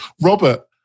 Robert